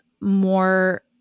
more